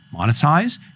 monetize